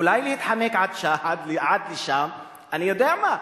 אולי להתחמק עד לשם, אני יודע מה?